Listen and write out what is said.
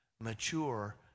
mature